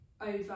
over